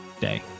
day